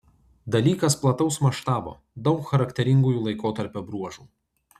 dalykas plataus maštabo daug charakteringųjų laikotarpio bruožų